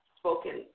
spoken